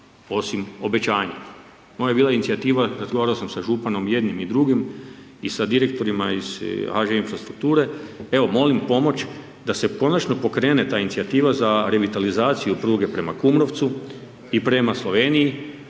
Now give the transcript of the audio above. osim obećanja. Moja je bila inicijativa, razgovarao sam sa županom jednim i drugim i sa direktorima iz HŽ Infrastrukture, evo molim pomoć da se konačne pokrene ta inicijativa za revitalizaciju pruge prema Kumrovcu i prema Sloveniji